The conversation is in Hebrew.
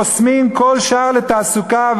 חוסמים כל שער לתעסוקה,